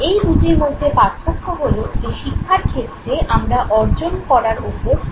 এই দুটির মধ্যে পার্থক্য হলো যে শিক্ষার ক্ষেত্রে আমরা অর্জন করার ওপর বেশি জোর দিই